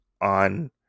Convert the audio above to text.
on